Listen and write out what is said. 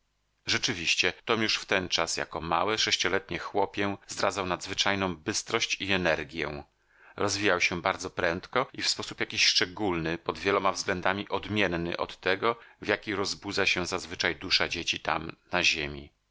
rzeczywiście tom już wtenczas jako małe sześcioletnie chłopię zdradzał nadzwyczajną bystrość i energję rozwijał się bardzo prędko i w sposób jakiś szczególny pod wieloma względami odmienny od tego w jaki rozbudza się zazwyczaj dusza dzieci tam na ziemi